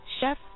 Chef